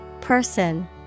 Person